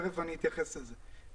תיכף אתייחס לזה.